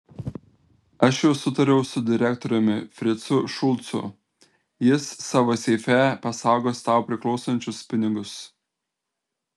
aš jau sutariau su direktoriumi fricu šulcu jis savo seife pasaugos tau priklausančius pinigus